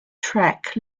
track